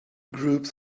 groups